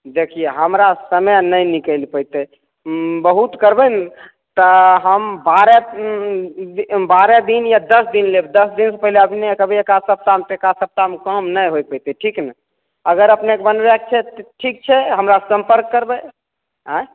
देखियै हमरा समय नहि निकैल पयतै बहुत करबै ने तऽ हम बारह बारह दिन या दश दिन लेब दश दिनसँ पहिले अपनेके कहबै एकाध सप्ताहमे तऽ एकाध सप्ताहमे काम नहि होए पयतै ठीक ने अगर अपनेके बनबैके छै तऽ ठीक छै हमरासँ संपर्क करबै आँय